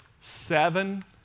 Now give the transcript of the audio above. seven